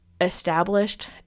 established